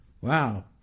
Wow